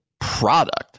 product